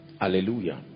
hallelujah